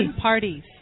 parties